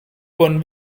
von